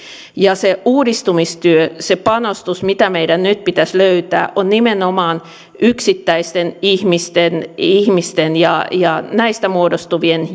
se uudistumistyö ja se panostus mitä meidän nyt pitäisi löytää on nimenomaan yksittäisten ihmisten ihmisten ja ja näistä muodostuvien